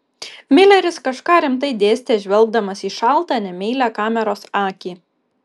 mileris kažką rimtai dėstė žvelgdamas į šaltą nemeilią kameros akį